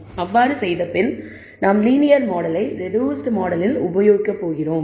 அவ்வாறு செய்தபின் நாம் லீனியர் மாடலை ரெடூஸ்ட் மாடலில் உபயோகிக்க போகிறோம்